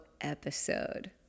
episode